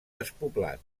despoblat